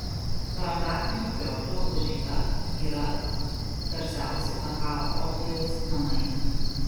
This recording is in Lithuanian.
brangakmenių krioklio užeiga yra garsiausi makao opijaus namai